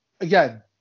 again